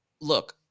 look